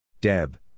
Deb